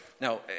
Now